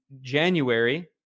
January